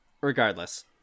regardless